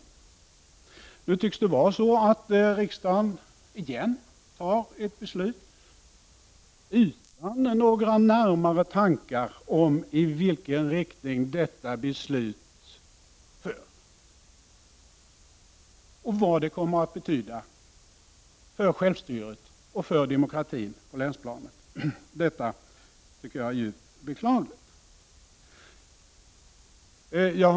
Det tycks som om riksdagen återigen kommer att fatta ett beslut utan att tänka närmare på i vilken riktning beslutet för och vad det kommer att betyda för självstyret och demokratin på länsplanet. Detta tycker jag är djupt beklagligt.